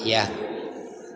इएह